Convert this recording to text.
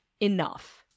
enough